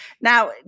Now